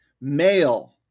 male